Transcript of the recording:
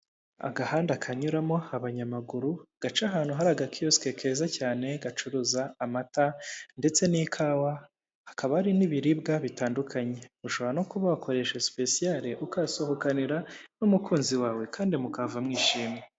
Agahanda kanyuramo abayamaguru gaca ahantu hari agakiyosike keza cyane gacuruza amata ndetse n'ikawa, hakaba hari n'ibiribwa bitandukanye, ushobora no kuba wakoresha sipesiyare ukasohokanira n'umukunzi wawe kandi mukava mwishimye.